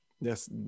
yes